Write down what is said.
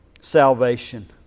salvation